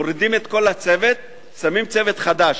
מורידים את כל הצוות, שמים צוות חדש,